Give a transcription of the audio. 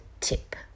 tip